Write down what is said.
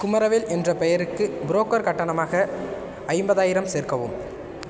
குமரவேல் என்ற பெயருக்கு புரோக்கர் கட்டணமாக ஐம்பதாயிரம் சேர்க்கவும்